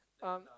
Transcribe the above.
um